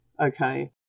Okay